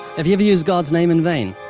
have you ever used god's name in vain?